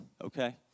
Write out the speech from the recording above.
okay